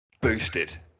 Boosted